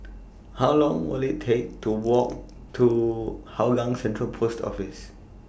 How Long Will IT Take to Walk to Hougang Central Post Office